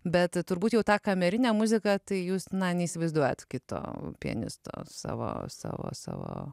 bet turbūt jau tą kamerinę muziką tai jūs neįsivaizduojat kito pianisto savo savo savo